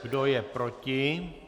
Kdo je proti?